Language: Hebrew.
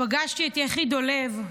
פגשתי את יחי דולב,